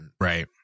Right